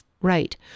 Right